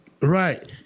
right